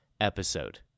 episode